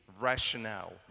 rationale